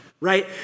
right